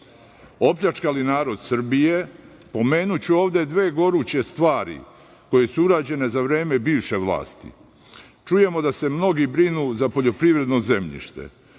Opljačkali narod Srbije. Pomenuću ovde dve goruće stvari koje su urađene za vreme bivše vlasti. Čujemo da se mnogi brinu za poljoprivredno zemljište.